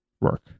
work